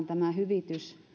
tämä hyvitys